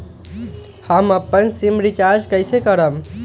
हम अपन SIM recharge कइसे करम?